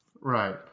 Right